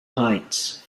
heights